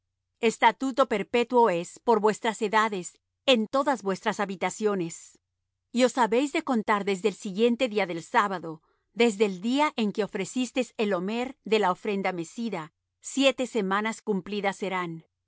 estatuto perpetuo es por vuestras edades en todas vuestras habitaciones y os habéis de contar desde el siguiente día del sábado desde el día en que ofrecisteis el omer de la ofrenda mecida siete semanas cumplidas serán